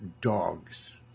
dogs